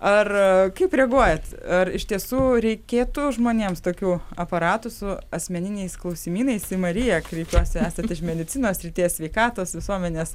ar kaip reaguojat ar iš tiesų reikėtų žmonėms tokių aparatų su asmeniniais klausimynais į mariją kreipiuosi esat iš medicinos srities sveikatos visuomenės